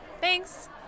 Thanks